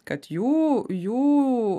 kad jų jų